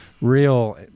real